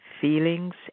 feelings